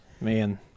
Man